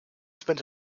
spent